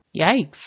yikes